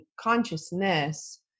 consciousness